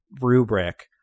rubric